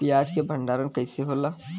प्याज के भंडारन कइसे होला?